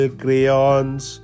crayons